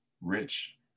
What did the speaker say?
rich